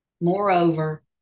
Moreover